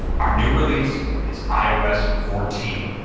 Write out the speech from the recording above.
our new release is ios fourteen.